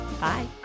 Bye